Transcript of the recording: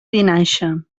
vinaixa